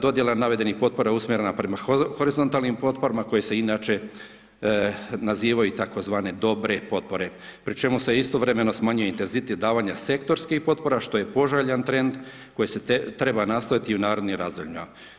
Dodjela navedenih potpora usmjerena prema horizontalnim potporama koje se inače nazivaju tzv. dobre potpore, pri čemu se istovremeno smanjuje intenzitet davanje sektorskih potpora što je poželjan trend koji se treba nastavit i u narednim razdobljima.